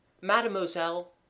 Mademoiselle